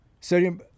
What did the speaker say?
Sodium